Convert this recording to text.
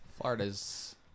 Florida's